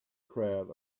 crowd